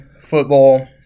football